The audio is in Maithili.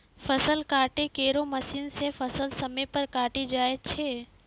फसल काटै केरो मसीन सें फसल समय पर कटी जाय छै